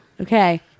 okay